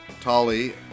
Tali